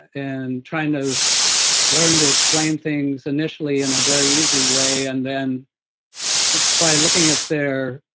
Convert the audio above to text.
and trying to learn to explain things initially in a very easy way, and then it's by looking at their